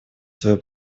свое